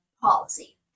policy